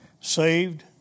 Saved